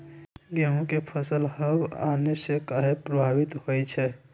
गेंहू के फसल हव आने से काहे पभवित होई छई?